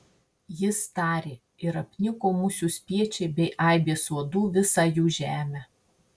jis tarė ir apniko musių spiečiai bei aibės uodų visą jų žemę